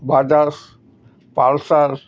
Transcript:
Bajaj pulsar